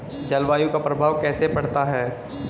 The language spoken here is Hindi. जलवायु का प्रभाव कैसे पड़ता है?